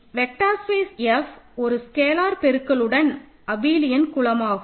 vector space F ஒரு scalar பெருக்கல் உடன் அபிலியன் குலமாகும்